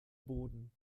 boden